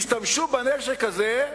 השתמשו בנשק הזה,